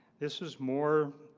this is more